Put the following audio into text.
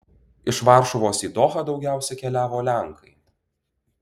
iš varšuvos į dohą daugiausiai keliavo lenkai